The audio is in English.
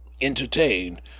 entertained